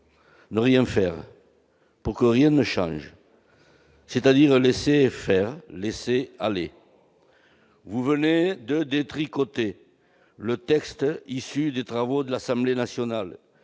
ne rien faire, pour que rien ne change, c'est-à-dire laisser faire, laisser aller ! Ce n'est pas vrai ! Vous venez de détricoter le texte issu des travaux de l'Assemblée nationale,